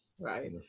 right